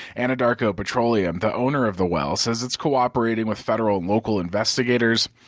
anadarko petroleum, the owner of the well, said it's cooperating with federal and local investigators.